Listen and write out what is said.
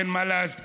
אין מה להסתיר,